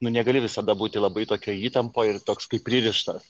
nu negali visada būti labai tokioj įtampoj ir toks kaip pririštas